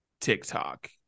TikTok